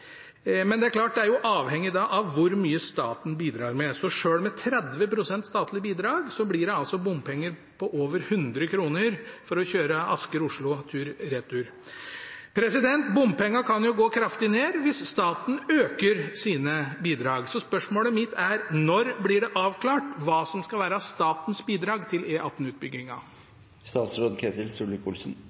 men det er klart at det er avhengig av hvor mye staten bidrar med. Så selv med 30 pst. statlig bidrag blir det altså bompenger på over 100 kr for å kjøre Asker–Oslo tur-retur. Bompengene kan jo gå kraftig ned hvis staten øker sine bidrag. Så spørsmålet mitt er: Når blir det avklart hva som skal være statens bidrag til